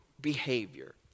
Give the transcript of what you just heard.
behavior